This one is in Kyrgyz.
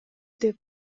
деп